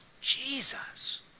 Jesus